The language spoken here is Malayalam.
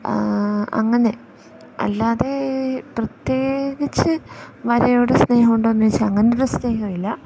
അങ്ങനെ അല്ലാതെ പ്രത്യേകിച്ചു വരയോട് സ്നേഹമുണ്ടോ എന്നു ചോദിച്ചാൽ അങ്ങനെ ഒരു സ്നേഹം ഇല്ല